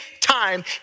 time